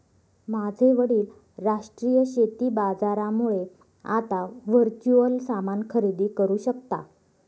माझे वडील राष्ट्रीय शेती बाजारामुळे आता वर्च्युअल सामान खरेदी करू शकता